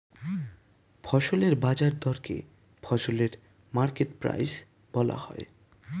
ফসলের বাজার দরকে ফসলের মার্কেট প্রাইস বলা হয়